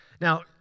Now